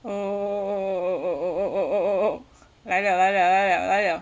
oh oh oh oh oh oh 来 liao 来 liao 来 liao 来 liao